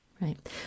Right